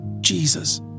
Jesus